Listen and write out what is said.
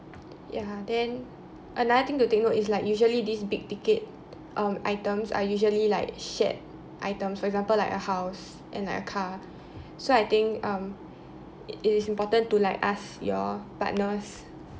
ya then another thing to take note is like usually these big ticket um items are usually like shared items for example like a house and like a car so I think um it is important to like ask your partners